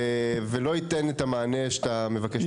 ולא נותן את המענה שאתה מבקש לקבל.